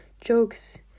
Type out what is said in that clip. jokes